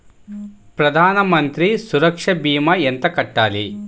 ప్రధాన మంత్రి సురక్ష భీమా ఎంత కట్టాలి?